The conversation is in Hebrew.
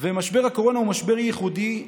משבר הקורונה הוא משבר ייחודי,